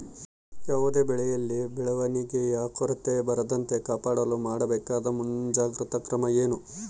ಯಾವುದೇ ಬೆಳೆಯಲ್ಲಿ ಬೆಳವಣಿಗೆಯ ಕೊರತೆ ಬರದಂತೆ ಕಾಪಾಡಲು ಮಾಡಬೇಕಾದ ಮುಂಜಾಗ್ರತಾ ಕ್ರಮ ಏನು?